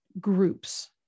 groups